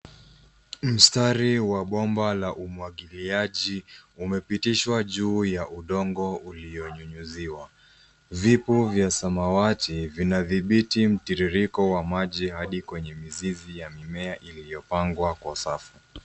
Mstari wa bomba la umwagiliaji umepitishwa juu ya udongo ulionyunyiziwa. Vipo vya samawati vinadhibiti mtiririko wa maji hadi kwenye mizizi ya mimea iliyopangwa kwa safu.